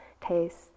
taste